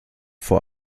vor